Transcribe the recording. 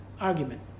argument